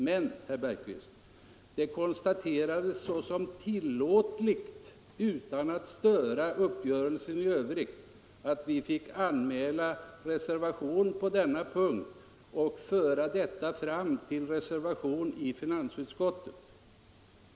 Men, herr Bergqvist, det konstaterades såsom tillåtligt utan att störa uppgörelsen i övrigt att vi från folkpartiet fick anmäla reservation på denna punkt och föra detta fram till en reservation i finansutskottet.